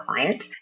client